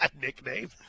Nickname